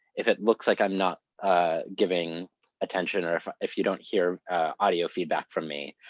if it looks like i'm not giving attention or if if you don't hear audio feedback from me,